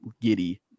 giddy